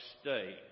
state